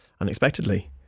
unexpectedly